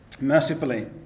mercifully